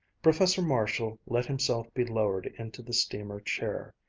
professor marshall let himself be lowered into the steamer chair.